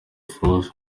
prof